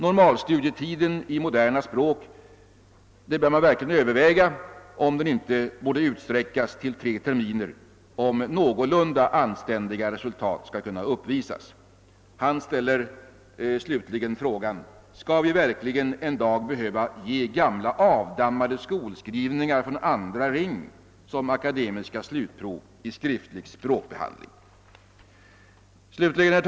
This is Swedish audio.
Det bör verkligen övervägas om inte normalstudietiden i moderna språk borde utsträckas till tre terminer, för att någorlunda anständiga resultat skall kunna uppvisas. Han ställer slutligen frågan: Skall vi verkligen en dag behöva ge gamla avdammade skolskrivningar från andra ring som akademiska slutprov i skriftlig språkbehandling?